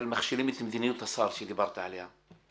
מכשילים את מדיניות השר שדיברת עליה.